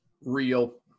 Real